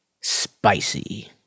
spicy